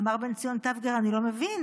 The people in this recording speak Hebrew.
אמר בן ציון טבגר: אני לא מבין.